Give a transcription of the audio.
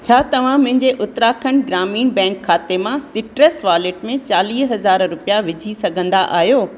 छा तव्हां मुंहिंजे उत्तराखंड ग्रामीण बैंक खाते मां सिट्रस वॉलेट में चालीह हज़ार रुपिया विझी सघंदा आहियो